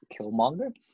killmonger